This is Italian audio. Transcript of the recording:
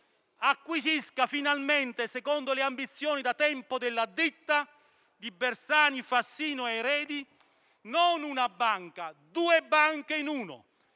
acquisire finalmente, secondo le ambizioni da tempo della ditta di Bersani, Fassino ed eredi, non una, ma due banche in una,